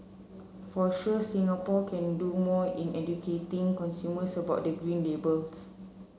for sure Singapore can do more in educating consumers about the Green Labels